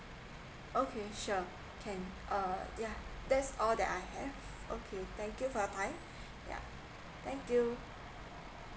okay sure can uh yeah that's all that I have okay thank you for your time yeah thank you